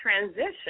transition